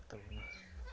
ᱟᱨ ᱢᱮᱱᱟᱜ ᱛᱟᱵᱚᱱᱟ